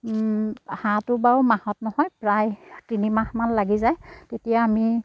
হাঁহটো বাৰু মাহত নহয় প্ৰায় তিনিমাহমান লাগি যায় তেতিয়া আমি